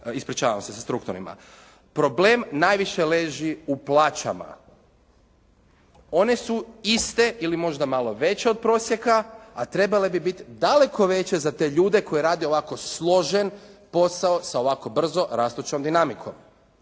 Ispričavam se, da strukturnim. Problem najviše leži u plaćama, one su iste ili možda malo veće od prosjeka, a trebale bi biti daleko veće za te ljude koji rade ovako složen posao sa ovako brzo rastućom dinamikom.